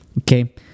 Okay